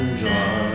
draw